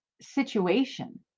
situation